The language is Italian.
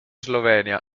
slovenia